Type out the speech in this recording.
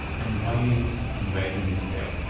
and whining and wagging his tail,